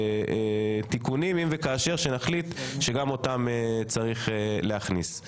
אם וכאשר נחליט שגם אותם צריך להכניס.